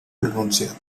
pronunciat